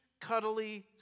cuddly